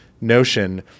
notion